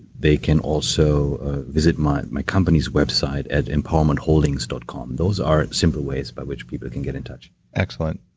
they can also visit my my company's website at empowermentholdings dot com. those are several ways by which people can get in touch excellent.